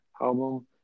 album